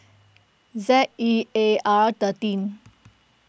Z E A R thirteen